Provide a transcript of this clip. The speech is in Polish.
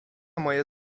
moje